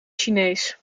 chinees